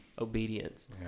obedience